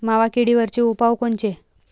मावा किडीवरचे उपाव कोनचे?